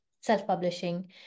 self-publishing